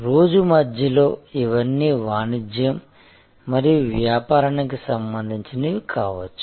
రోజు మధ్యలో ఇవన్నీ వాణిజ్యం మరియు వ్యాపారానికి సంబంధించినవి కావచ్చు